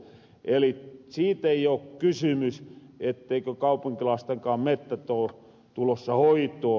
eli siit ei oo kysymys etteikö kaupunkilaasten mettät oo tulossa hoitoon